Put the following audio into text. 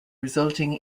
resulting